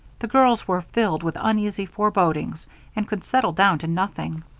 the girls were filled with uneasy forebodings and could settle down to nothing.